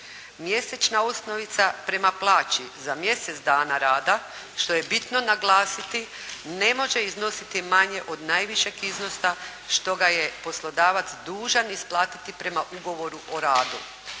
Mjesečna osnovica prema plaći za mjesec dana rada, što je bitno naglasiti ne može iznositi manje od najvišeg iznosa što ga je poslodavac dužan isplatiti prema ugovoru o radu,